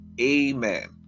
amen